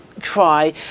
cry